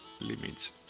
limits